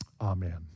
amen